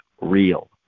real